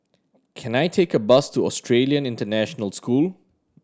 can I take a bus to Australian International School